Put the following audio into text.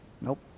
Nope